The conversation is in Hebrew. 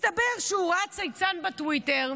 מסתבר שהוא ראה צייצן בטוויטר.